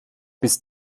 bis